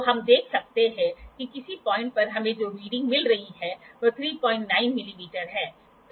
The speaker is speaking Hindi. तो हम देख सकते हैं कि किसी पाॅइंट पर हमें जो रीडिंग मिल रही है वह 39 मिमी है